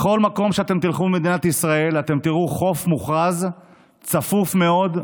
בכל מקום שאתם תלכו אליו במדינת ישראל אתם תראו חוף מוכרז צפוף מאוד,